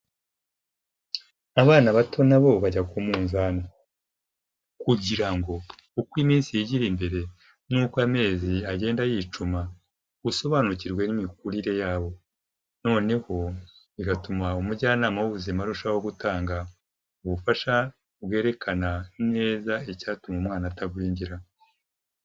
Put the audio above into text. Abana bato na bo bajya ku munzani kugira ngo uko iminsi yigira iri imbere n'uko amezi agenda yicuma, usobanukirwe n'imikurire yabo noneho bigatuma umujyanama w'ubuzima arushaho gutanga ubufasha bwerekana neza icyatuma umwana atagwingira.